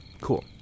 cool